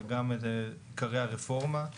וגם את עיקרי הרפורמה,